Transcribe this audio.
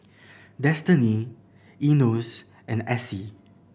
Destinee Enos and Essie